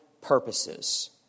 purposes